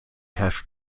herrscht